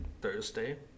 thursday